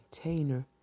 container